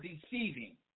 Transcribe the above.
deceiving